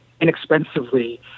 inexpensively